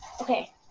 Okay